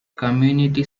community